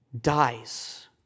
dies